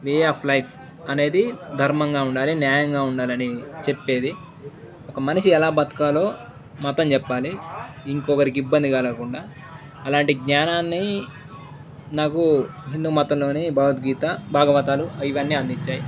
way of life అనేది ధర్మంగా ఉండాలి న్యాయంగా ఉండాలని చెప్పేది ఒక మనిషి ఎలా బతకాలో మతం చెప్పాలి ఇంకొకరికి ఇబ్బంది కలగకుండా అలాంటి జ్ఞానాన్ని నాకు హిందూ మతంలోని భగవద్గీత భాగవతాలు ఇవన్నీ అందించాయి